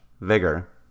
Vigor